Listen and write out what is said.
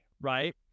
right